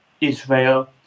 Israel